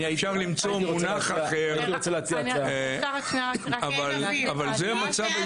אפשר למצוא מונח אחר אבל זה המצב היסודי.